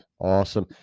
awesome